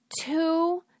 Two